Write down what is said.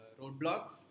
roadblocks